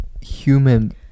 human